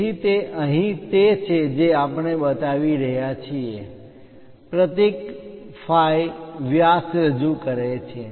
તેથી તે અહીં તે છે જે આપણે બતાવી રહ્યા છીએ પ્રતીક phi વ્યાસ રજૂ કરે છે